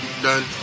done